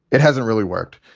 it hasn't really worked.